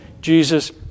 Jesus